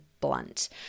blunt